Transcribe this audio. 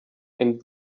and